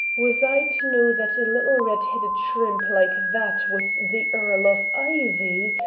was i to know that a little red-headed shrimp like that was the earl of ivy?